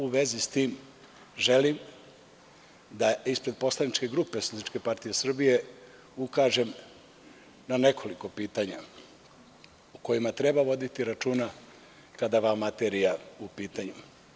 U vezi sa tim želim da ispred poslaničke grupe SPS ukažem na nekoliko pitanja o kojima treba voditi računa kada je ova materija u pitanju.